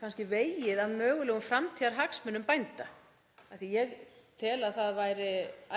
kannski vegið að mögulegum framtíðarhagsmunum bænda af því að ég tel að það væri